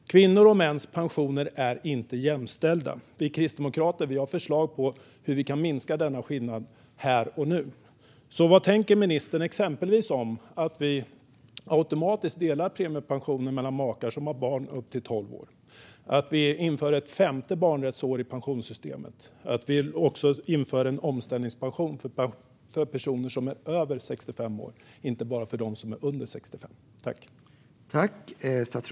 Kvinnors och mäns pensioner är inte jämställda. Vi kristdemokrater har förslag om hur vi kan minska denna skillnad här och nu. Så vad tänker ministern om att vi exempelvis automatiskt delar premiepensionen mellan makar som har barn upp till 12 år, att vi inför ett femte barnrättsår i pensionssystemet och att vi inför en omställningspension för personer som är över 65 år och inte bara för dem som är under 65 år?